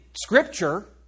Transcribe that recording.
Scripture